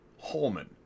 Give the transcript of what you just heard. Holman